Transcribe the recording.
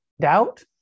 doubt